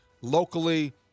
locally